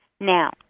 Now